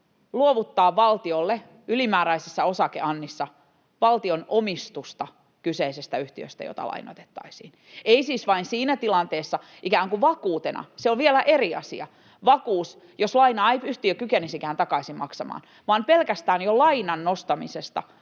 luovuttaa valtiolle ylimääräisessä osakeannissa valtion omistusta kyseisestä yhtiöstä, jota lainoitettaisiin, ei siis vain siinä tilanteessa ikään kuin vakuutena — vakuus on vielä eri asia, jos yhtiö ei kykenisikään lainaa takaisin maksamaan — eli pelkästään jo lainan nostamisesta